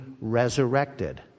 resurrected